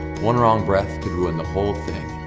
one wrong breath could ruin the whole thing.